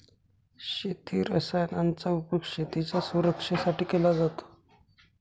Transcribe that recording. शेती रसायनांचा उपयोग शेतीच्या सुरक्षेसाठी केला जातो